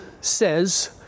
says